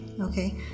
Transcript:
Okay